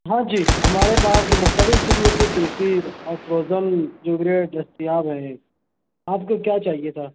ہاں جی ہمارے پاس مختلف قسم کے کلفی اور فروزن جوگرے دستیاب ہیں آپ کو کیا چاہیے تھا